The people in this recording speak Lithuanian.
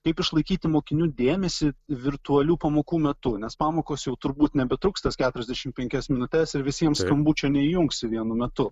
kaip išlaikyti mokinių dėmesį virtualių pamokų metu nes pamokos jau turbūt nebetruks tos keturiasdešimt penkias minutes ir visiems skambučio neįjungsi vienu metu